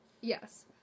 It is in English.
Yes